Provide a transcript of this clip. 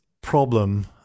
problem